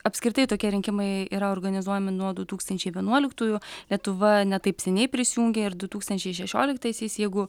apskritai tokie rinkimai yra organizuojami nuo du tūkstančiai vienuoliktųjų lietuva ne taip seniai prisijungė ir du tūkstančiai šešioliktaisiais jeigu